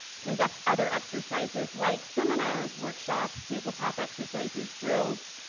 conduct other exercises like seminars, workshops, tabletop exercises, drills,